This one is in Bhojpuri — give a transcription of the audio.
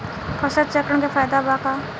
फसल चक्रण के फायदा का बा?